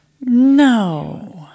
No